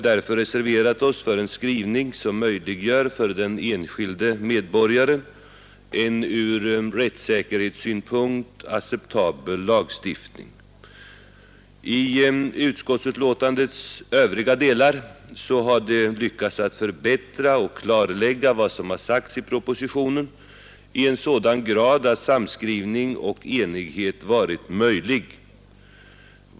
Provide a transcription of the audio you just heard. Utskottets borgerliga den enskilde medborgaren ur rättssäkerhetssynpunkt acceptabel lagstiftning. I betänkandets övriga delar har utskottet lyckats förbättra och klarlägga vad som sagts i propositionen i sådan grad att samskrivning varit möjlig.